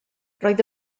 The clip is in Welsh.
roedd